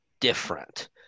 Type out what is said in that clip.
different